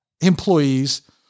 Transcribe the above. employees